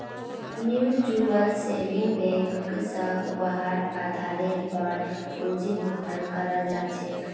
mutual saving bank स वहार आधारेर पर पूंजीर भुगतान कराल जा छेक